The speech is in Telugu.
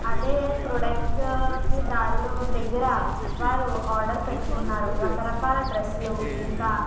అదే ప్రోడక్ట్కి దారుడు దగ్గర వారు ఆర్డర్ పెట్టుకున్నారు రకరకాల డ్రెస్సులు ఇంకా